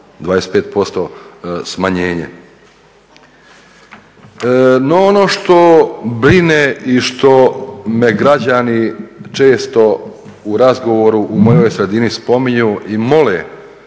25% smanjenje. No ono što me brine i što me građani često u razgovoru u mojoj sredini spominju i mole